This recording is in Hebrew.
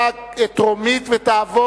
התשס"ט 2009,